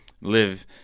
live